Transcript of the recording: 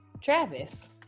Travis